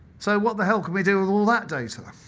so what the hell can we do with all that data?